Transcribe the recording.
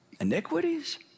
iniquities